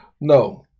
No